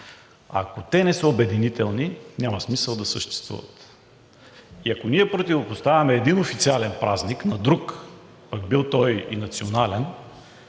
Ако те не са обединителни, няма смисъл да съществуват. Ако ние противопоставяме един официален празник на друг, пък бил той и национален,